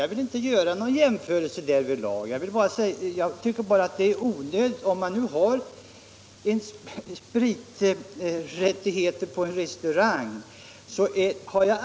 Jag vill inte göra någon jämförelse därvidlag. Jag har alltid ansett att det är oförsvarligt att koppla samman spriträttigheter på en restaurang med spel.